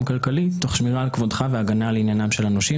כלכלי תוך שמירה על כבודך והגנה על עניינם של הנושים".